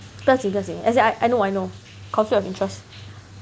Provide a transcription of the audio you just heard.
不要紧不要紧 as in I know I know conflict of interest